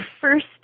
first